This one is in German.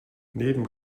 neben